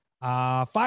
Five